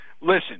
listen